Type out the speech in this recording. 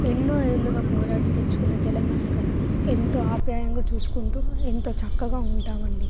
ఎన్నో ఏళ్లగా పోరాడి తెచ్చుకున్న తెలంగాణగా ఎంతో ఆప్యాయంగా చూసుకుంటూ ఎంతో చక్కగా ఉంటామండీ